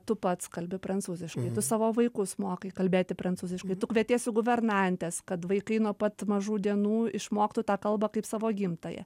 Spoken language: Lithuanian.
tu pats kalbi prancūziškai tu savo vaikus mokai kalbėti prancūziškai tu kvietiesi guvernantes kad vaikai nuo pat mažų dienų išmoktų tą kalbą kaip savo gimtąją